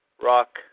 rock